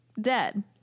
dead